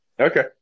Okay